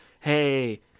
hey